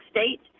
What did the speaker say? State